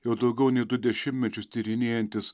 jau daugiau nei du dešimtmečius tyrinėjantis